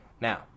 now